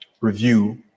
Review